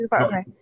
Okay